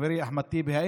חברי אחמד טיבי,